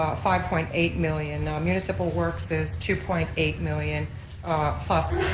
five point eight million, municipal works is two point eight million plus,